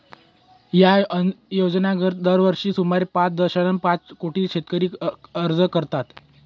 या योजनेअंतर्गत दरवर्षी सुमारे पाच दशांश पाच कोटी शेतकरी अर्ज करतात